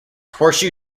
horseshoe